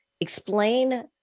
Explain